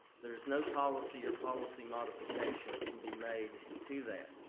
there's no policy or policy modification that can be made to that.